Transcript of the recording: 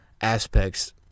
aspects